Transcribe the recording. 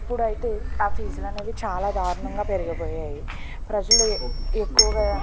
ఇప్పుడైతే ఆ ఫీజులు అనేవి చాలా దారుణంగా పెరిగిపోయాయి ప్రజలు ఎక్కువగా